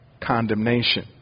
condemnation